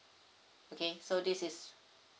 okay so this is